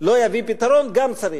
לא יביא פתרון, גם צריך.